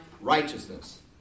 righteousness